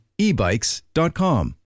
ebikes.com